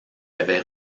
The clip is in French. avait